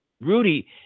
Rudy